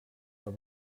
but